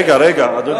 רגע, רגע, אדוני.